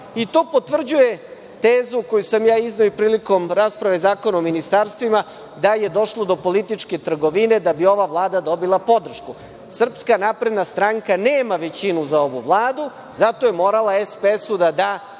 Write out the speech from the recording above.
i to potvrđuje tezu koju sam ja izneo i prilikom rasprave o Zakonu o ministarstvima, da je došlo do političke trgovine, da bi ova Vlada dobila podršku. Srpska napredna stranka nema većinu za ovu Vladu, zato je morala SPS-u da da